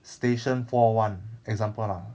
station four one example lah